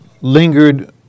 lingered